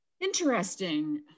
Interesting